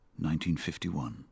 1951